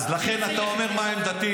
אז לכן, אתה שואל מה עמדתי?